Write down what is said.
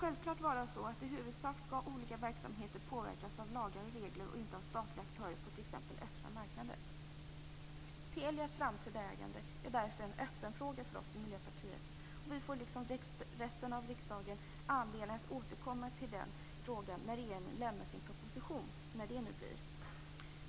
Självklart skall olika verksamheter påverkas av lagar och regler och inte av statliga aktörer på den öppna marknaden. Telias framtida ägande är därför en öppen fråga för oss i Miljöpartiet. Vi får, liksom resten av riksdagen, anledning att återkomma till den frågan när regeringen avlämnar sin proposition - när det nu blir.